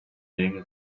narimwe